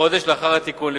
בחודש לאחר התיקון.